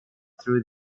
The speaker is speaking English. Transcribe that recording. through